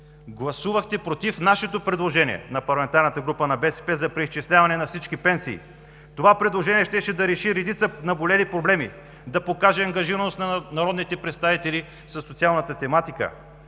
Гласувахте против нашето предложение, на парламентарната група на БСП, за преизчисляване на всички пенсии. Това предложение щеше да реши редица наболели проблеми, да покаже ангажираност на народните представители със социалната тематика,